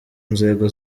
nzego